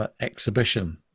exhibition